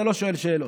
אתה לא שואל שאלות.